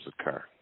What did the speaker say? occur